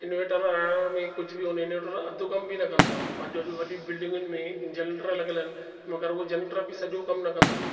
inverter हलाइण में कुझु बि हुन इनवेटर अधु कमु बि न कंदो आहे बिल्डिंगुनि में जनटर लगियल आहिनि मगरि उहे जनटर सॼो कमु न कंदो आहिनि